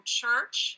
church